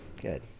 Good